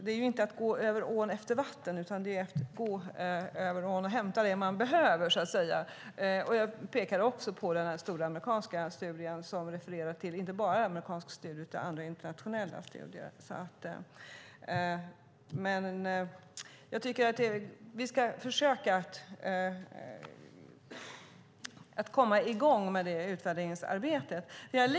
Det är inte att gå över ån efter vatten utan snarare att gå och hämta det man behöver. Jag pekar också på den stora amerikanska studien som det refererades till och inte bara till den utan till andra internationella studier. Vi ska försöka komma i gång med utvärderingsarbetet.